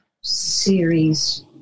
series